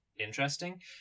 interesting